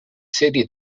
serie